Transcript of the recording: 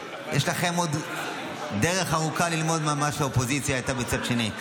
יש לכם עוד דרך ארוכה ללמוד ממה שהאופוזיציה הייתה בצד השני.